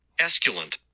Esculent